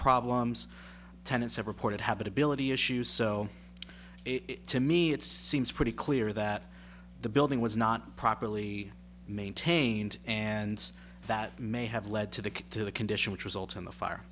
problems tenants have reported habitability issues so to me it seems pretty clear that the building was not properly maintained and that may have led to the to the condition which result in the fire